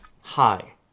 Hi